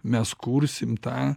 mes kursim tą